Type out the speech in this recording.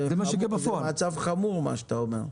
זה מצב חמור, מה שאתה אומר.